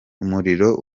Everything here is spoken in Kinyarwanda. umuriro